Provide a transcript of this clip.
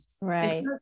Right